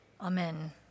Amen